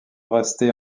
resté